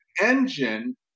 engine